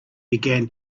began